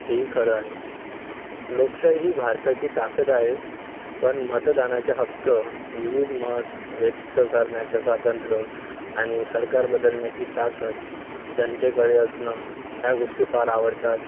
हे ही खरं आहे लोकशाही ही भारताची ताकद आहे पण मतदानाचे हक्क विविध मत व्यक्त करण्याच्या स्वातंत्र आणि सरकार बदलण्याची ताकद जनतेकडे असणं ह्या गोष्टी फार आवडतात